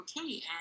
Okay